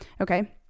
Okay